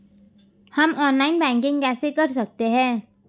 हम online banking कैसे कर सकते हैं?